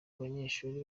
banyeshuri